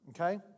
Okay